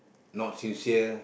not sincere